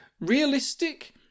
Realistic